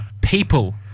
People